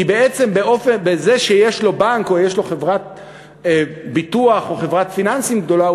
כי בזה שיש לו בנק או יש לו חברת ביטוח או חברת פיננסים גדולה,